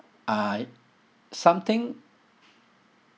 I something